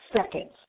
seconds